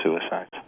suicides